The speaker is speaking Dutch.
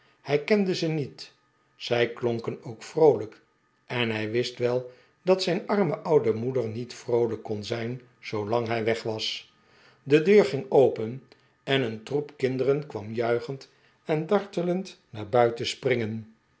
hij kende ze niet zij klonken ook vroolrjk en hij wist wel dat zijn arme oude moeder niet vroolijk kon zijn zoolang hij weg was de deur ging open en een troep kinderen kwam juichend en dartelend naar buiten springen